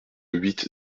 huit